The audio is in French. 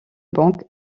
banque